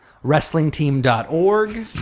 wrestlingteam.org